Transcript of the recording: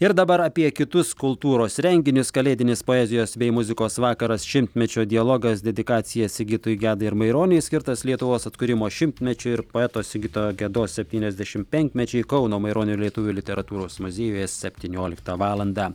ir dabar apie kitus kultūros renginius kalėdinis poezijos bei muzikos vakaras šimtmečio dialogas dedikacija sigitui gedai ir maironiui skirtas lietuvos atkūrimo šimtmečiui ir poeto sigito gedos septyniasdešim penkmečiui kauno maironio lietuvių literatūros muziejuje septynioliktą valandą